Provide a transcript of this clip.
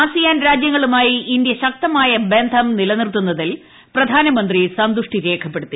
ASEAN രാജ്യങ്ങളുമായി India ശക്തമായ ബന്ധം നിലനിർത്തുന്നതിൽ പ്രധാനമന്ത്രി സന്തുഷ്ടി രേഖപ്പെടുത്തി